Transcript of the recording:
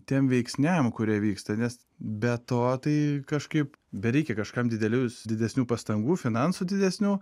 tiem veiksniam kurie vyksta nes be to tai kažkaip bereikia kažkam didelius didesnių pastangų finansų didesnių